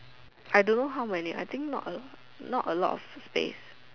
I don't know how many I think not a not a lot of space